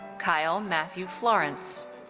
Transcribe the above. kyle matthew florance.